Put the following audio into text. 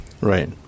Right